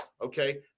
Okay